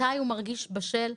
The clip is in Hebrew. מתי הוא מרגיש בשל,